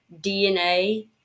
DNA